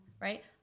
right